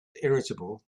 irritable